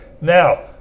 now